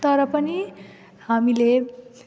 तर पनि हामीले